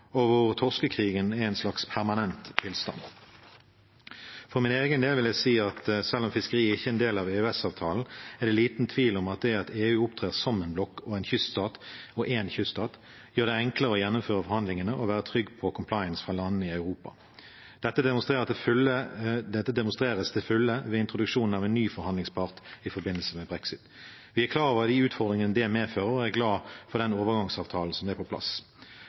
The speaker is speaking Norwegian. og hvor torskekrigen er en slags permanent tilstand. For min egen del vil jeg si at selv om fiskeri ikke er en del av EØS-avtalen, er det liten tvil om at det at EU opptrer som en blokk og én kyststat, gjør det enklere å gjennomføre forhandlingene og være trygg på compliance fra landene i Europa. Dette demonstreres til fulle ved introduksjonen av en ny forhandlingspart i forbindelse med brexit. Vi er klar over de utfordringene det medfører, og er glad for den overgangsavtalen som er på plass.